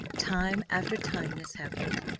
time after time this happened,